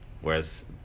Whereas